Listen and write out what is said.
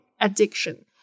addiction